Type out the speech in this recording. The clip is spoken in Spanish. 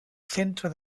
centro